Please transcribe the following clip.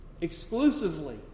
exclusively